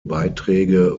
beiträge